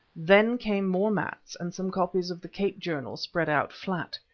then came more mats and some copies of the cape journal spread out flat.